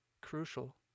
Crucial